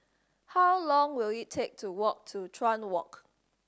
how long will it take to walk to Chuan Walk